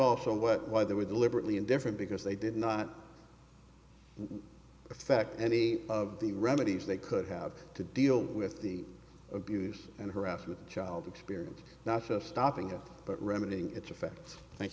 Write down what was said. often what why they were deliberately indifferent because they did not affect any of the remedies they could have to deal with the abuse and harassment child experience not just stopping it but remedying its effects thank